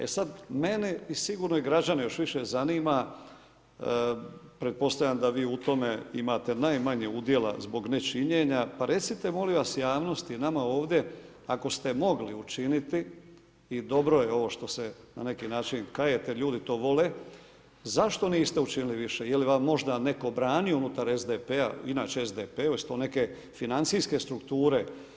E sad mene i sigurno i građane još više zanima, pretpostavljam da vi u tome imate najmanje udjela zbog nečinjenja, pa recite molim vas javnosti i nama ovdje, ako ste mogli učiniti i dobro je ovo što se na neki način kajete, ljudi to vole, zašto niste učinili više, je li vam možda neko branio unutar SDP-a, inače u SDP-u, jesu to neke financijske strukture?